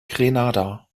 grenada